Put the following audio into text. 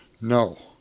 no